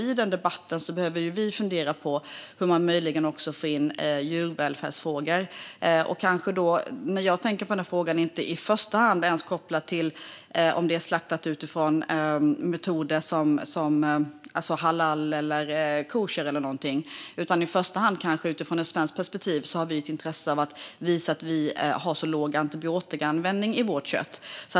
I den debatten behöver vi fundera på hur man möjligen också kan få in djurvälfärdsfrågor. När jag tänker på den frågan är den inte i första hand kopplad till om det är slaktat med halal eller koschermetoder. Utifrån ett svenskt perspektiv har vi kanske i första hand ett intresse av att visa att vi har låg antibiotikaanvändning när det gäller vårt kött.